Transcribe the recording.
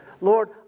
Lord